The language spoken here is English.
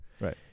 Right